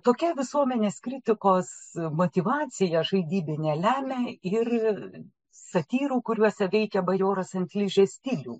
tokia visuomenės kritikos motyvacija žaidybinė lemia ir satyrų kuriuose veikia bajoras ant ližės stilių